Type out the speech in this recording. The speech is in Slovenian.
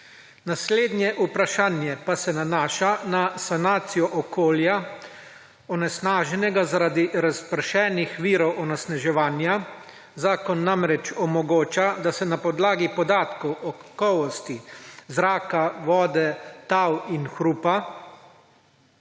Naslednje vprašanje pa se nanaša na sanacijo okolja, onesnaženega zaradi razpršenih virov onesnaževanja. Zakon namreč omogoča, da se na podlagi podatkov o kakovosti zraka, vode, tal in hrupa,